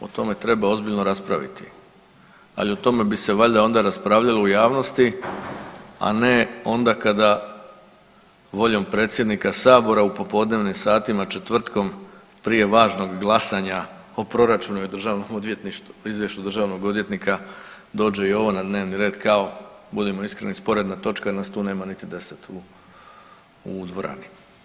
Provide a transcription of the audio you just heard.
Po tome treba ozbiljno raspraviti, ali o tome bi se valjda onda raspravljalo u javnosti, a ne onda kada voljom predsjednika sabora u popodnevnim satima četvrtkom prije važnog glasanja o proračunu i o državnom odvjetništvu, izvješću državnog odvjetnika dođe i ovo na dnevni red kao, budimo iskreni, sporedna točka, nas tu nema niti 10 tu u dvorani.